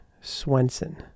Swenson